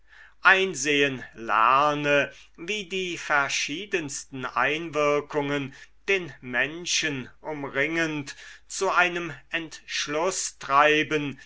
einsehen lerne wie die verschiedensten einwirkungen den menschen umringend zu einem entschluß treiben